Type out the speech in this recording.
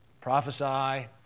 prophesy